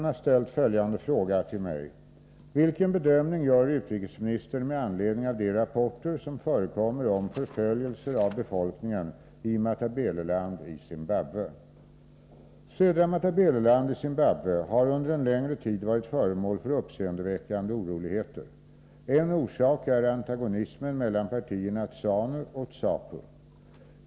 Herr talman! Lars Hjertén har ställt följande fråga till mig: Södra Matabeleland i Zimbabwe har under en längre tid varit föremål för uppseendeväckande oroligheter. En orsak är antagonismen mellan partierna ZANU och ZAPU.